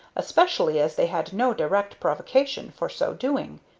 especially as they had no direct provocation for so doing.